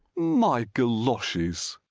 my goloshes!